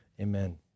amen